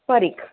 Parikh